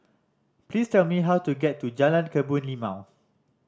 please tell me how to get to Jalan Kebun Limau